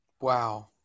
Wow